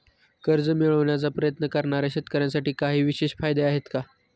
कर्ज मिळवण्याचा प्रयत्न करणाऱ्या शेतकऱ्यांसाठी काही विशेष फायदे आहेत का?